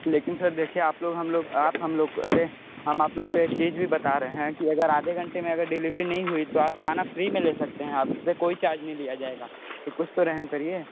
लेकिन सर देखिए आप लोग हम लोग आप हम लोग अरे हम आप लोग को एक चीज़ भी बता रहे है कि अगर आधे घंटे में अगर डिलीवरी नहीं हुई तो आप खाना फ्री में ले सकते है आप से कोई चार्ज नहीं लिए जाएगा अब कुछ तो रहम करिए